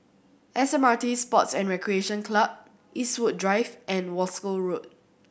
S M R T Sports and Recreation Club Eastwood Drive and Wolskel Road